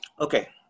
Okay